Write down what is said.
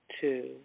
two